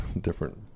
different